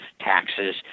taxes